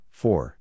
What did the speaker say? four